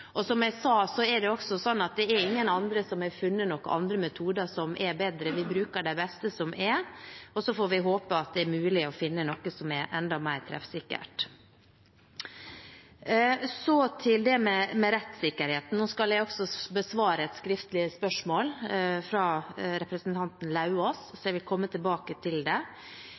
Det må jeg få komme tilbake til. Som jeg sa, er det ingen andre som har funnet noen andre metoder som er bedre. Vi bruker de beste som er, og så får vi håpe at det er mulig å finne noe som er enda mer treffsikkert. Til det med rettssikkerhet: Jeg skal besvare et skriftlig spørsmål fra representanten Lauvås, så jeg vil komme tilbake til det.